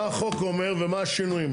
מה החוק אומר ומה השינויים.